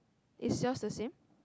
is yours the same